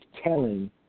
telling